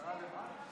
השרה למה את?